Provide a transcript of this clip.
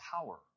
power